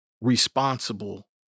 responsible